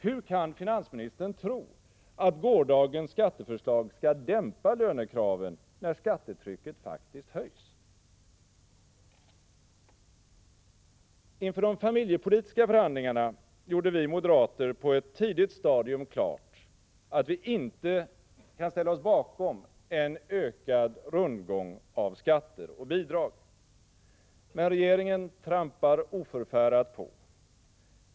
Hur kan finansministern tro att gårdagens skatteförslag skall dämpa lönekraven, när skattetrycket faktiskt höjs? Inför de familjepolitiska förhandlingarna gjorde vi moderater på ett tidigt stadium klart att vi inte kan ställa oss bakom en ökad rundgång av skatter och bidrag. Men regeringen trampar oförfärat på.